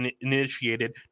initiated